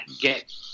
get